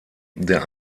der